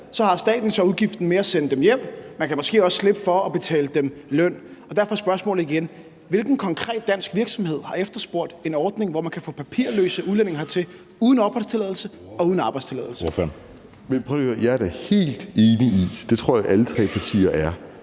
har staten så udgiften med at sende dem hjem. Man kan måske også slippe for at betale dem løn. Derfor er spørgsmålet igen: Hvilken konkret dansk virksomhed har efterspurgt en ordning, hvor man kan få papirløse udlændinge hertil uden opholdstilladelse og uden arbejdstilladelse? Kl. 19:24 Anden næstformand (Jeppe